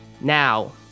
now